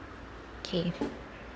K